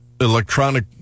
electronic